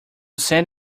send